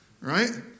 right